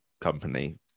company